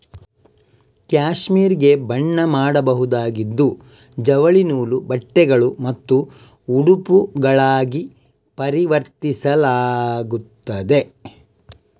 cashmere ಗೆ ಬಣ್ಣ ಮಾಡಬಹುದಾಗಿದ್ದು ಜವಳಿ ನೂಲು, ಬಟ್ಟೆಗಳು ಮತ್ತು ಉಡುಪುಗಳಾಗಿ ಪರಿವರ್ತಿಸಲಾಗುತ್ತದೆ